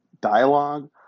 dialogue